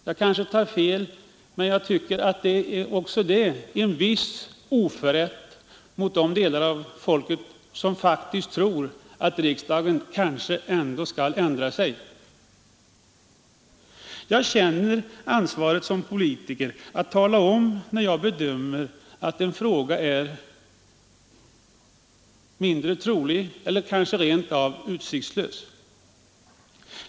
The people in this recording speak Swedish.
Jag kanske tar fel, men jag tycker att också det vore en oförrätt mot de människor som tror att riksdagen kanske ändå skall ändra sig. Jag känner ansvaret som politiker att tala om, när jag bedömer att en viss lösning av en fråga är mindre trolig eller kanske rent av utsiktslös.